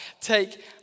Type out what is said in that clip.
take